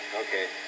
Okay